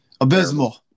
abysmal